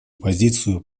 позицию